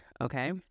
okay